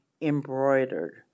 embroidered